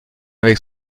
avec